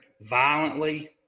violently